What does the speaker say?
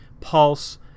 Pulse